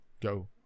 go